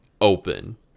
open